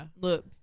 look